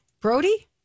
brody